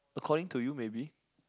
according to you maybe